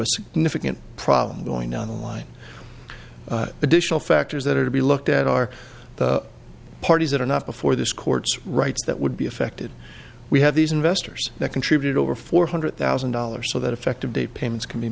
a significant problem going down the line additional factors that are to be looked at are the parties that are not before this court rights that would be affected we have these investors that contribute over four hundred thousand dollars so that effective date payments can be